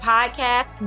Podcast